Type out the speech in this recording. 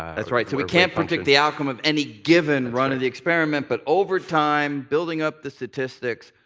that's right, so we can't predict the outcome of any given run of the experiment, but over time, building up the statistics,